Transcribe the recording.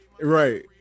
Right